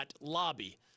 lobby